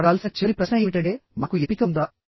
మీరు అడగాల్సిన చివరి ప్రశ్న ఏమిటంటే మనకు ఎంపిక ఉందా